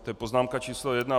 To je poznámka číslo jedna.